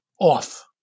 off